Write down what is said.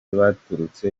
baturutse